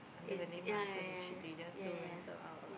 under her name lah so they they just do rental out lah